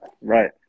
Right